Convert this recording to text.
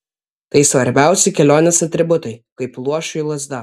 tai svarbiausi kelionės atributai kaip luošiui lazda